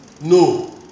No